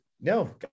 no